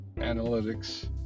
analytics